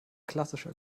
klassischer